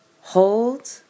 hold